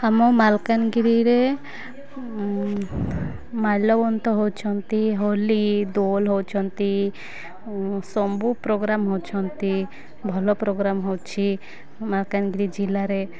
ଆମ ମାଲକାନଗିରିରେ ମାଲବନ୍ତ ହେଉଛନ୍ତି ହୋଲି ଦୋଳ ହେଉଛନ୍ତି ପ୍ରୋଗ୍ରାମ୍ ହେଉଛନ୍ତି ଭଲ ପ୍ରୋଗ୍ରାମ୍ ହେଉଛି ମାଲକାନଗିରି ଜିଲ୍ଲାରେ